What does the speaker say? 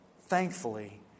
thankfully